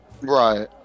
Right